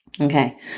Okay